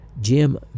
Jim